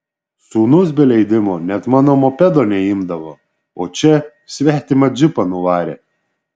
sūnus be leidimo net mano mopedo neimdavo o čia svetimą džipą nuvarė